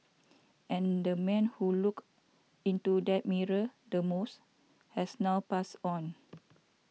and the man who looked into that mirror the most has now passed on